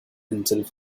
himself